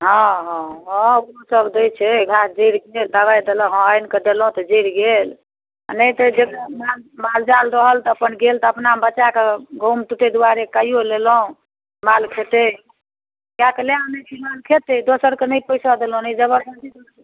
हँ हँ ओ सब दै छै घास जरि गेल दबाइ देलक हँ आनिके देलहुॅं तऽ जरि गेल नहि तऽ जेकरा माल जाल रहल तऽ अपन गेल तऽ अपना बचा के गहूॅंम टूटे दुआरे कइयो लेलहुॅं माल खेतै जाके लै अनै छी माल खेतै दोसर के नहिने पैसऽ देलहुॅं नहि जबरदस्ती